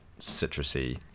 citrusy